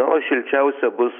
na o šilčiausia bus